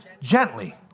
Gently